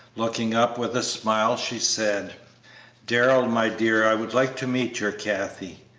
looking up with a smile, she said darrell, my dear, i would like to meet your kathie,